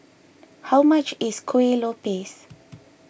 how much is Kuih Lopes